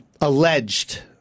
alleged